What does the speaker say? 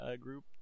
group